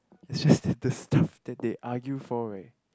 is just that the stuff they argue for like